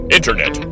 Internet